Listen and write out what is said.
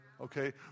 okay